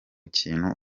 kintu